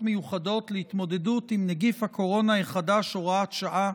מיוחדות להתמודדות עם נגיף הקורונה החדש (הוראת שעה)